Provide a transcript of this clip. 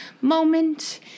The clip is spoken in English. moment